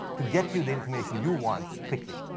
to get you the information you want quickly.